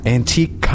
Antique